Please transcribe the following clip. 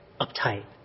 uptight